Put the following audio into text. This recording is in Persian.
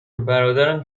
برادرم